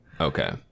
Okay